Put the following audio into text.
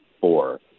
four